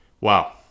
Wow